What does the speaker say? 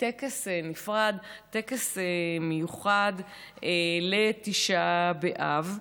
טקס נפרד, טקס מיוחד לתשעה באב,